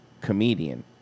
comedian